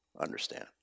understand